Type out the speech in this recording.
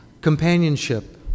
companionship